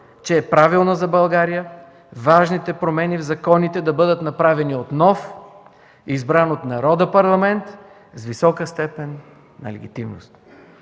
че е правилно за България важните промени в законите да бъдат направени от нов, избран от народа, Парламент с висока степен на легитимност.